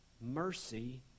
mercy